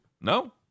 No